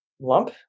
lump